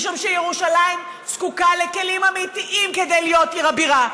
משום שירושלים זקוקה לכלים אמיתיים כדי להיות עיר הבירה,